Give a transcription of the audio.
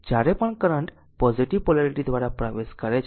જ્યારે પણ current positive polarity દ્વારા પ્રવેશ કરે છે